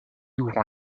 ouvrant